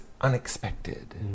unexpected